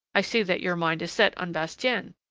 i see that your mind is set on bastien.